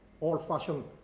old-fashioned